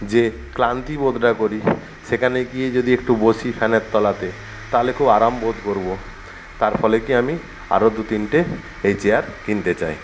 যে ক্লান্তি বোধটা করি সেখানে গিয়ে যদি একটু বসি ফ্যানের তলাতে তাহলে খুব আরাম বোধ করবো তার ফলে কি আমি আরও দু তিনটে এই চেয়ার কিনতে চাই